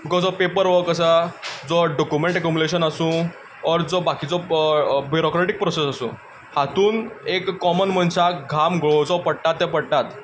because जो paper work आसा जो डॉक्युमेंट कम्पलिशन आसूं ओर जो बाकीचो ब्युरोक्रॅटिक प्रोसेस आसूं हातूंत एक कॉमन मनशाक घाम गळोवचो पडटा ते पडटाच